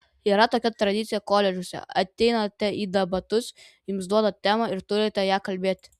yra tokia tradicija koledžuose ateinate į debatus jums duoda temą ir turite ja kalbėti